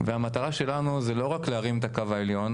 והמטרה שלנו זה לא רק להרים את הקו העליון